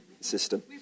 system